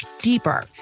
deeper